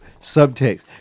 subtext